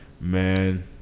man